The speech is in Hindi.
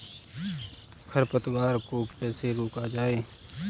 खरपतवार को कैसे रोका जाए?